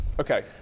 okay